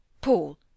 Paul